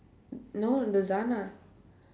no